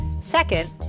Second